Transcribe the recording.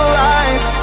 lies